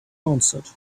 answered